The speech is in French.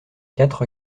quatre